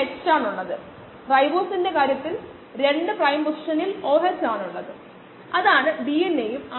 വാസ്തവത്തിൽ നമുക്ക് ഇതിനെക്കുറിച്ച് പേപ്പർ ഉണ്ട് അത് സഞ്ജയ് തിവാരി ചെയ്തതാണ് പിഎച്ച്ഡിPh